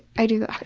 i do that.